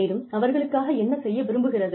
மேலும் அவர்களுக்காக என்ன செய்ய விரும்புகிறது